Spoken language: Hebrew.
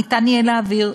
ניתן יהיה להעביר.